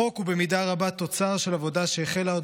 החוק הוא במידה רבה תוצר של עבודה שהחלה עוד